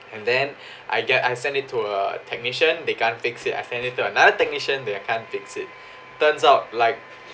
and then I get I send it to uh technician they can't fix it I send it to another technician they can't fix it turns out like